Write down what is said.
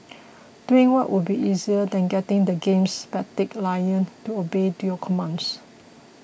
doing what would be easier than getting the game's spastic lion to obey to your commands